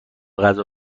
غذا